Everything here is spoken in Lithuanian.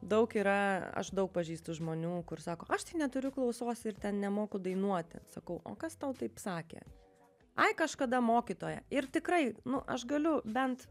daug yra aš daug pažįstu žmonių kur sako aš neturiu klausos ir ten nemoku dainuoti sakau o kas tau taip sakė ai kažkada mokytoja ir tikrai nu aš galiu bent